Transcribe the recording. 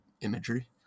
imagery